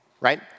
right